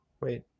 wait